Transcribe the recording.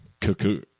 cuckoo